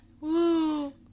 woo